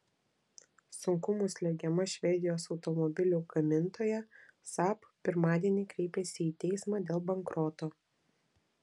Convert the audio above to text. sunkumų slegiama švedijos automobilių gamintoja saab pirmadienį kreipėsi į teismą dėl bankroto